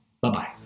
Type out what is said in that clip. Bye-bye